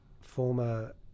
former